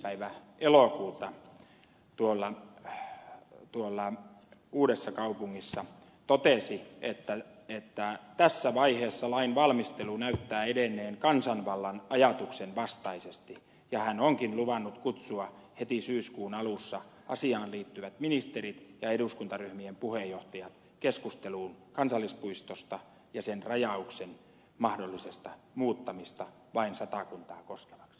päivä elokuuta uudessakaupungissa totesi että tässä vaiheessa lain valmistelu näyttää edenneen kansanvallan ajatuksen vastaisesti ja hän onkin luvannut kutsua heti syyskuun alussa asiaan liittyvät ministerit ja eduskuntaryhmien puheenjohtajat keskusteluun kansallispuistosta ja sen rajauksen mahdollisesta muuttamisesta vain satakuntaa koskevaksi